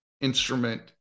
instrument